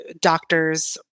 doctors